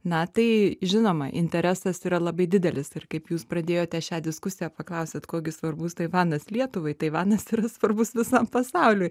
na tai žinoma interesas yra labai didelis ir kaip jūs pradėjote šią diskusiją paklausėt kuo gi svarbus taivanas lietuvai taivanas yra svarbus visam pasauliui